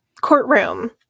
courtroom